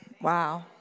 Wow